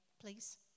please